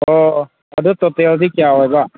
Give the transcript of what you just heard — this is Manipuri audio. ꯑꯣ ꯑꯗꯨ ꯇꯣꯇꯦꯜꯗꯤ ꯀꯌꯥ ꯑꯣꯏꯕ